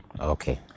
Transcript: Okay